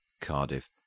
Cardiff